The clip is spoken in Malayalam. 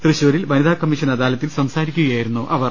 തൃശൂരിൽ വനിതാ കമ്മീഷൻ അദാലത്തിൽ സംസാരിക്കുകയായിരുന്നു അവർ